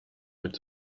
mit